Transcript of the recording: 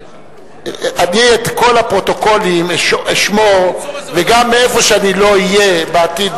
אני את כל הפרוטוקולים אשמור וגם איפה שאני לא אהיה בעתיד,